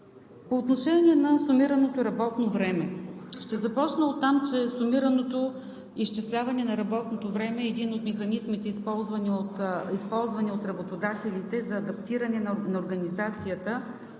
По отношение на сумираното работно време. Ще започна оттам, че сумираното изчисляване на работното време е един от механизмите, използван от работодателите за адаптиране на организацията